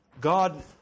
God